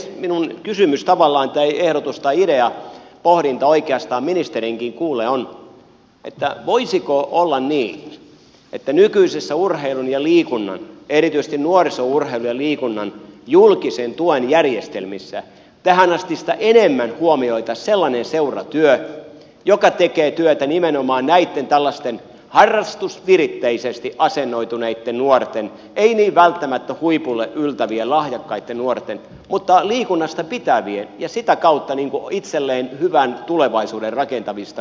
minun kysymykseni tavallaan tai ehdotukseni tai ideani pohdinta oikeastaan ministerinkin kuullen on voisiko olla niin että nykyisissä urheilun ja liikunnan erityisesti nuorisourheilun ja liikunnan julkisen tuen järjestelmissä tähänastista enemmän huomioitaisiin sellainen seuratyö jossa tehdään työtä nimenomaan näitten tällaisten harrastusviritteisesti asennoituneitten nuorten ei niin välttämättä huipulle yltävien lahjakkaitten nuorten mutta liikunnasta pitävien ja sitä kautta itselleen hyvän tulevaisuuden rakentavien nuorten eteen